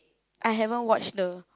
I haven't watch the